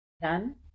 Done